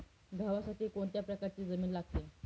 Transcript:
गव्हासाठी कोणत्या प्रकारची जमीन लागते?